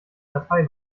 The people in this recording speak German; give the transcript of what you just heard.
datei